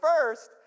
first